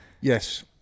Yes